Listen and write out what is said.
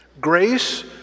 Grace